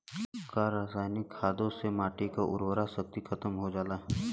का रसायनिक खादों से माटी क उर्वरा शक्ति खतम हो जाला?